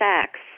sex